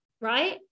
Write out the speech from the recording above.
right